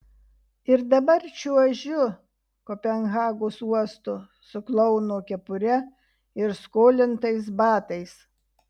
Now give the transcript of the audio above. ir dabar čiuožiu kopenhagos uostu su klouno kepure ir skolintais batais